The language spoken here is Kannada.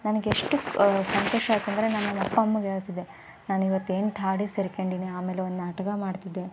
ನನಗೆಷ್ಟು ಸಂತೋಷ ಅಯಿತಂದ್ರೆ ನಾನು ನಮ್ಮ ಅಪ್ಪ ಅಮ್ಮಗೆ ಹೇಳ್ತಿದ್ದೆ ನಾನು ಇವತ್ತು ಎಂಟು ಹಾಡಿಗೆ ಸೇರ್ಕಂಡೀನಿ ಆಮೇಲೆ ಒಂದು ನಾಟಕ ಮಾಡ್ತಿದ್ದೆ